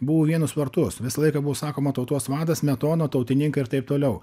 buvo vienus vartus visą laiką buvo sakoma tautos vadas smetona tautininkai ir taip toliau